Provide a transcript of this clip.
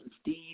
Steve